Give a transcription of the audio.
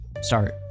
start